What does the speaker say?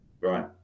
Right